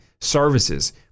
services